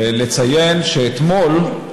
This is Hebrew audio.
ולציין שאתמול,